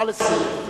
נא לסיים.